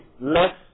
less